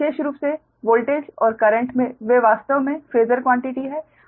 तो विशेष रूप से वोल्टेज और करेंट वे वास्तव में फेसर क्वान्टिटी हैं